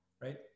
right